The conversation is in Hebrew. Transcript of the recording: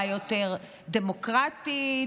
דמוקרטית.